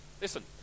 Listen